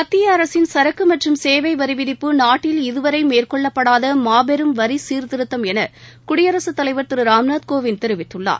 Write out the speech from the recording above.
மத்திய அரசின் சரக்குமற்றம் சேவைவிவிதிப்பு நாட்டில் இதுவரைமேற்கொள்ளப்படாதமாபெரும் வரிசீர்திருத்தம் எனகுடியரசுத் தலைவர் திருராம்நாத் கோவிந்த் தெரிவித்துள்ளார்